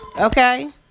okay